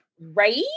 right